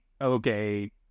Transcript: Okay